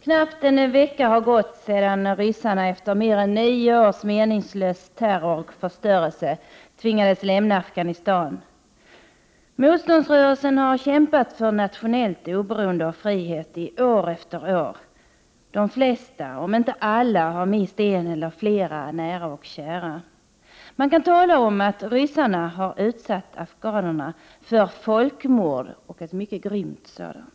Knappt en vecka har gått sedan ryssarna efter mer än nio års meningslös terror och förstörelse tvingades lämna Afghanistan. Motståndsrörelsen har kämpat för nationellt oberoende och för frihet år efter år. De flesta — ja, kanske alla — har mist en eller flera nära och kära. Man kan tala om att ryssarna har utsatt afghanerna för ett folkmord — och ett mycket grymt sådant.